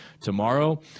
tomorrow